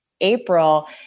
April